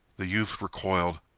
the youth recoiled.